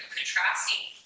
Contrasting